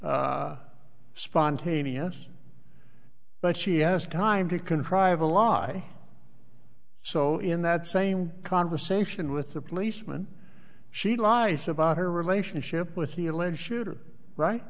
rinse spontaneous but she has time to contrive a lie so in that same conversation with the policeman she lies about her relationship with the alleged shooter right